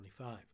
25